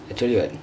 I told you what